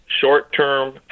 short-term